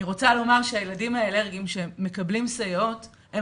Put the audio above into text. אני רוצה לומר שהילדים האלרגיים שמקבלים סייעות הם